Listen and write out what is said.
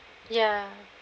ya